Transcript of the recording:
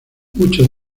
muchos